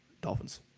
Dolphins